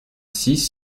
six